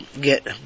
get